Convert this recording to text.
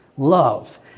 Love